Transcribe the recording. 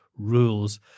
rules